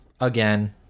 again